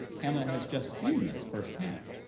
hamlet has just seen this first hand.